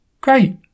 Great